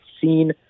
seen